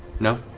no?